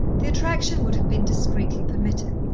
the attraction would have been discreetly permitted,